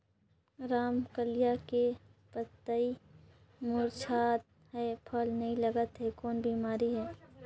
रमकलिया के पतई मुरझात हे फल नी लागत हे कौन बिमारी हे?